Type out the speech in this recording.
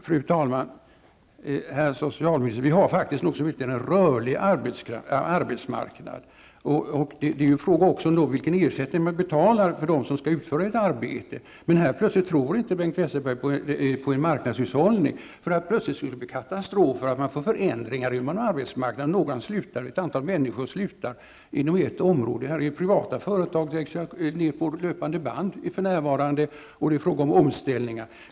Fru talman! Vi har faktiskt en rörlig arbetsmarknad. Det är också fråga om vilken ersättning man betalar till dem som utför ett arbete. Men här tror inte Bengt Westerberg på en marknadshushållning, för plötsligt blir det katastrof när det blir förändringar i arbetsmarknaden, när ett antal människor inom ett arbetsområde slutar. I privata företag, t.ex. vid löpande band, är det för närvarande omställningar på gång.